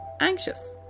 anxious